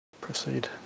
proceed